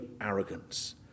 arrogance